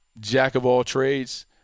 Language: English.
jack-of-all-trades